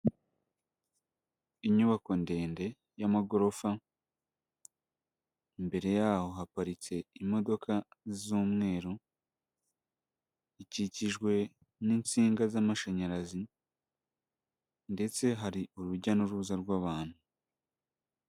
Inyubako ndende y'amagorofa, imbere yaho haparitse imodoka z'umweru, ikikijwe n'insinga z'amashanyarazi, ndetse hari urujya n'uruza rw'abantu.